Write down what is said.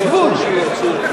יש גבול.